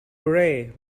hooray